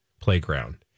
playground